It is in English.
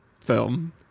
film